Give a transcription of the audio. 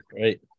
right